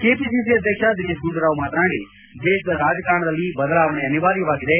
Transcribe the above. KPCC ಅಧ್ಯಕ್ಷ ದಿನೇಶ್ ಗುಂಡೂರಾವ್ ಮಾತನಾಡಿ ದೇಶದ ರಾಜಕಾರಣದಲ್ಲಿ ಬದಲಾವಣೆ ಅನಿವಾರ್ಯವಾಗಿದೆ